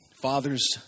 Fathers